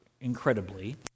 incredibly